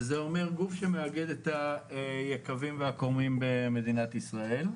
שזה גוף שמאגד את היקבים והכורמים במדינת ישראל.